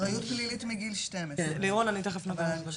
אחריות פלילית מגיל 12. אבל אני חושבת,